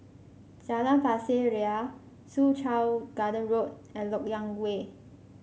Jalan Pasir Ria Soo Chow Garden Road and LoK Yang Way